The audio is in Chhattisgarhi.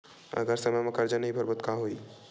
अगर समय मा कर्जा नहीं भरबों का होई?